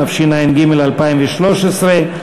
התשע"ג 2013,